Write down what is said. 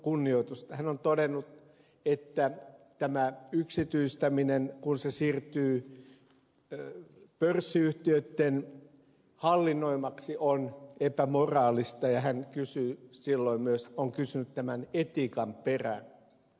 hän on todennut että kun tämä yksityistäminen siirtää terveyspalvelut pörssiyhtiöitten hallinnoimaksi se on epämoraalista ja hän on kysynyt myös tämän etiikan perään